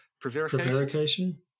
prevarication